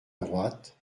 droite